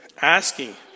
asking